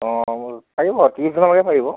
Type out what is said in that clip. অঁ মোৰ পাৰিব ত্ৰিছজনলৈকে পাৰিব